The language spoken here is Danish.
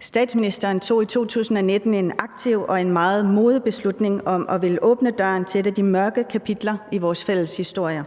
Statsministeren tog i 2019 en aktiv og meget modig beslutning om at ville åbne døren til et af de mørke kapitler i vores fælles historie.